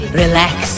relax